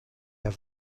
der